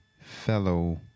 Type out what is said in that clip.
fellow